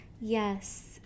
Yes